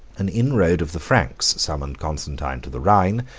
an inroad of the franks summoned constantine to the rhine,